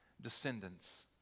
Descendants